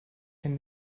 can